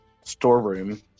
storeroom